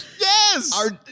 yes